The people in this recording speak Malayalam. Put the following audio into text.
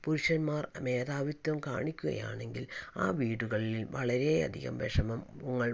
പുരുഷന്മാർ മേധാവിത്വം കാണിക്കുകയാണെങ്കിൽ ആ വീടുകളിൽ വളരെ അധികം വിഷമങ്ങൾ